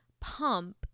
pump